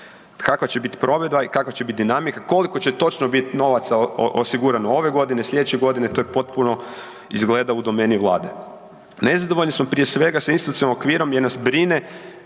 kakva će biti provedba, kakva će biti dinamika, koliko će točno biti novaca osigurano ove godine, sljedeće godine to je potpuno izgleda u domeni Vlade. Nezadovoljni smo prije svega sa institucionalnim okvirom jer nas brine